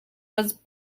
was